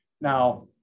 Now